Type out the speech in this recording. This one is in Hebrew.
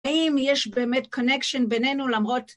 האם יש באמת קונקשן בינינו למרות...